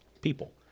people